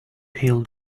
healed